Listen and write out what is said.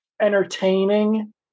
entertaining